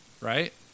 right